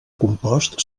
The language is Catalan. compost